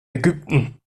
ägypten